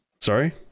Sorry